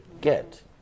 get